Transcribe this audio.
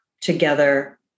together